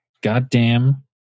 Goddamn